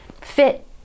fit